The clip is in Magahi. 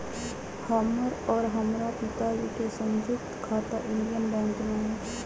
हमर और हमरा पिताजी के संयुक्त खाता इंडियन बैंक में हई